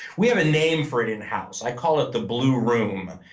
we have a name for it in-house. i call it the blue room.